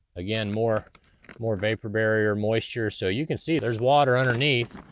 again, more more vapor barrier moisture. so you can see there's water underneath,